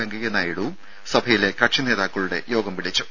വെങ്കയ്യ നായിഡുവും സഭയിലെ കക്ഷി നേതാക്കളുടെ യോഗം വിളിച്ചു